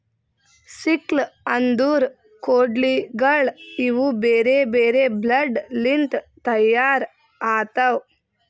sickle ಅಂದುರ್ ಕೊಡ್ಲಿಗೋಳ್ ಇವು ಬೇರೆ ಬೇರೆ ಬ್ಲೇಡ್ ಲಿಂತ್ ತೈಯಾರ್ ಆತವ್